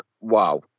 wow